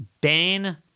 Ban